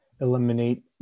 eliminate